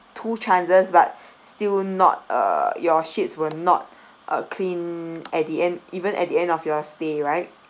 two chances but still not uh your sheets were not uh cleaned at the end even at the end of your stay right